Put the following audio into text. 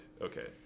Okay